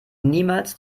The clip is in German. niemals